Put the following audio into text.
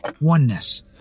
oneness